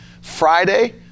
Friday